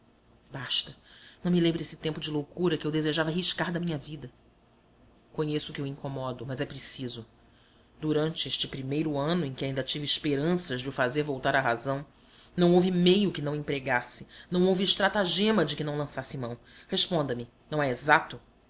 basta não me lembre esse tempo de loucura que eu desejava riscar da minha vida conheço que o incomodo mas é preciso durante este primeiro ano em que ainda tive esperanças de o fazer voltar à razão não houve meio que não empregasse não houve estratagema de que não lançasse mão responda me não é exato